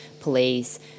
police